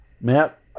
Matt